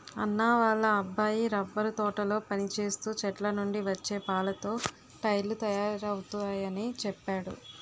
అన్నా వాళ్ళ అబ్బాయి రబ్బరు తోటలో పనిచేస్తూ చెట్లనుండి వచ్చే పాలతో టైర్లు తయారవుతయాని చెప్పేడు